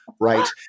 Right